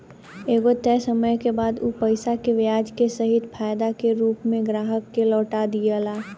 एगो तय समय के बाद उ पईसा के ब्याज के सहित फायदा के रूप में ग्राहक के लौटा दियाला